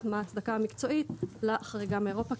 מה ההצדקה המקצועית לחריגה מאירופה,